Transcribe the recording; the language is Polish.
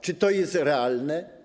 Czy to jest realne?